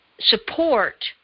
support